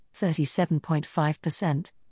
37.5%